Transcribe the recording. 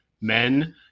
men